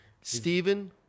Stephen